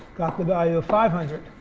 got the value of five hundred